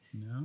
No